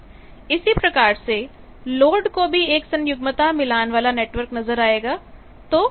इसी प्रकार से लोड को भी एक संयुग्मता मिलान बाला नेटवर्क नजर आएगा